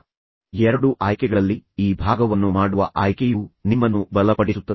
ಈಗ ಈ 2 ಆಯ್ಕೆಗಳಲ್ಲಿ ನೀವು ಈ ಭಾಗವನ್ನು ಮಾಡುವ ಆಯ್ಕೆಯು ನಿಮ್ಮನ್ನು ಬಲಪಡಿಸುತ್ತದೆ